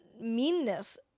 meanness